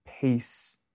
peace